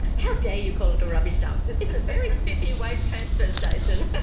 how dare you call it a rubbish dump, it's a very spiffy waste transfer station!